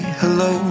hello